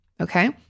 Okay